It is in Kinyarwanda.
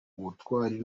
ubutwari